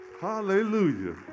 hallelujah